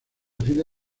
fila